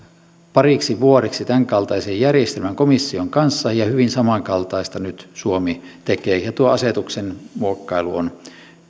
pariksi vuodeksi tämän kaltaisen järjestelmän komission kanssa ja hyvin samankaltaista nyt suomi tekee ja tuo asetuksen muokkailu on